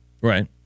Right